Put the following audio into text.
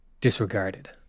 disregarded